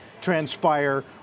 transpire